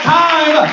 time